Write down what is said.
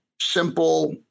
simple